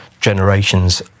generations